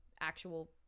actual